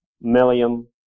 million